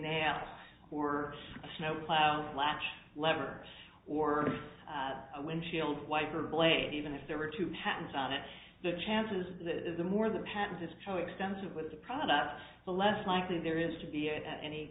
nails or a snowplow latch lever or a windshield wiper blade even if there were two hands on it the chances that the more that happens is coextensive with the product the less likely there is to be any